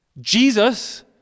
Jesus